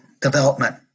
development